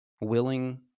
willing